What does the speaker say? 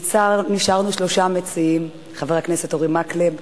נשארנו שלושה מציעים: חבר הכנסת אורי מקלב,